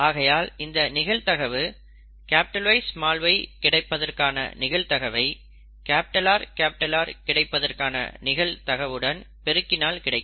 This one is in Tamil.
ஆகையால் இந்த நிகழ்தகவு Yy கிடைப்பதற்கான நிகழ்தகவை RR கிடைப்பதற்கான நிகழ்தகவுடன் பெருக்கினால் கிடைக்கும்